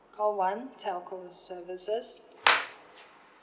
call one telco services